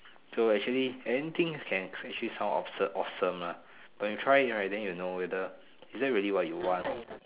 so actually anything can actually sound absurd awesome lah when you try then you know is that really what you want